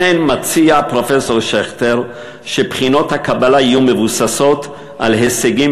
לכן מציע פרופסור שכטר שבחינות הקבלה יהיו מבוססות על הישגים